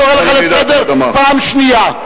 אני קורא לך לסדר פעם שנייה.